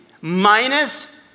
minus